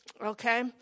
Okay